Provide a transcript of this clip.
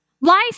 life